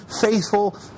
faithful